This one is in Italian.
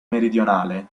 meridionale